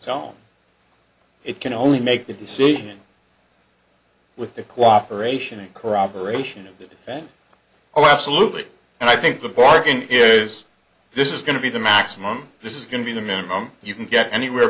own it can only make the decision with the cooperation of corroboration of the defense oh absolutely and i think the parking is this is going to be the maximum this is going to be the minimum you can get anywhere